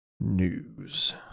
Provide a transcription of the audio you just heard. News